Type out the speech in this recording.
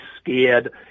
scared